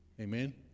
Amen